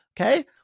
Okay